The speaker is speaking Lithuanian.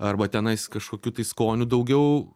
arba tenais kažkokių tai skonių daugiau